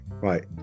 right